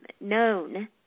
known